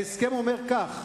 ההסכם אומר כך: